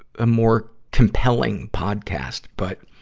a more compelling podcast. but,